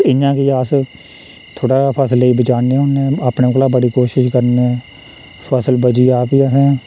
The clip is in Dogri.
इ'यां गै अस थोह्ड़ा फसलै बचाने होन्ने अपने कोला बड़ी कोशिश करने फसल बची जा फ्ही असें